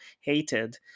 hated